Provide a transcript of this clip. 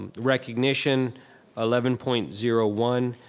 and recognition eleven point zero one.